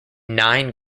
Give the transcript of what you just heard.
nine